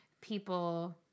people